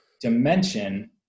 dimension